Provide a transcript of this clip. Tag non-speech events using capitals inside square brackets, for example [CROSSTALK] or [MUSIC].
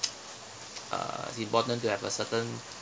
[NOISE] uh it's important to have a certain